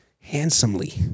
handsomely